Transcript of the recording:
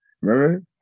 Remember